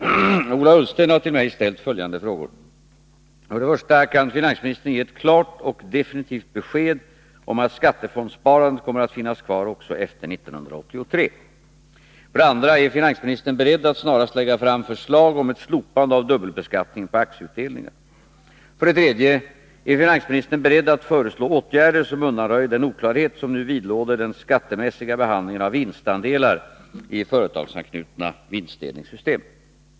Herr talman! Ola Ullsten har till mig ställt följande frågor: 1. Kan finansministern ge ett klart och definitivt besked om att skattefondssparandet kommer att finnas kvar också efter 1983? 2. Är finansministern beredd att snarast lägga fram förslag om ett slopande av dubbelbeskattningen på aktieutdelningar? 3. Är finansministern beredd att föreslå åtgärder som undanröjer den oklarhet som nu vidlåder den skattemässiga behandlingen av vinstandelar i företagsanknutna vinstdelningssystem?